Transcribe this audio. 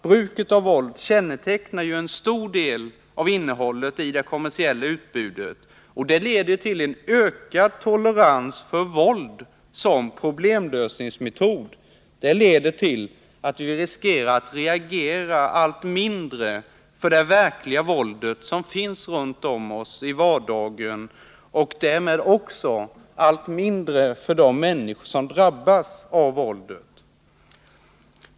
Bruket av våld kännetecknar en stor del av innehållet i det kommersiella utbudet, och det leder till en ökad tolerans för våld som problemlösningsmetod. Det leder till att vi riskerar att reagera allt mindre för det verkliga våldet som finns runt om oss i vardagen och därmed också allt mindre för de människor som drabbas av våldet.